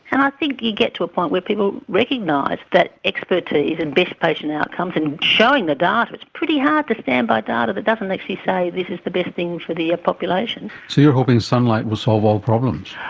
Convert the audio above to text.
and i think you get to a point where people recognise that expertise and best patient outcomes and showing the data, it's pretty hard to stand by data that doesn't like actually say this is the best thing for the population. so you're hoping sunlight will solve all problems.